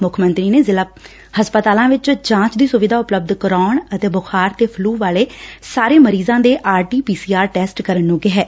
ਮੁੱਖ ਮੰਤਰੀ ਨੇ ਜ਼ਿਲ੍ਹਾ ਹਸਪਤਾਲਾਂ ਵਿਚ ਜਾਂਚ ਦੀ ਸੁਵਿਧਾ ਉਪਲੱਬਧ ਕਰਾਉਣ ਅਤੇ ਬੁਖ਼ਾਰ ਤੇ ਫਲੁ ਵਾਲੇ ਸਾਰੇ ਮਰੀਜ਼ਾਂ ਦੇ R T P C R test ਕਰਨ ਨੂੰ ਕਿਹੈ